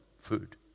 food